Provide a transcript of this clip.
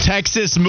Texas